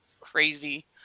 crazy